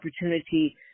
opportunity